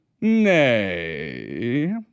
Nay